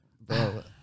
Bro